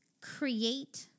create